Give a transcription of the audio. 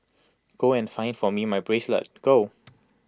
go and find for me my bracelet go